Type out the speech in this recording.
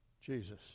Jesus